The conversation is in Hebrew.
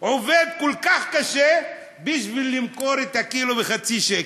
עובד כל כך קשה בשביל למכור את הקילו בחצי שקל.